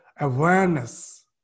awareness